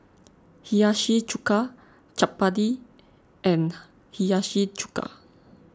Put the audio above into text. Hiyashi Chuka Chapati and Hiyashi Chuka